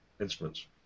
instruments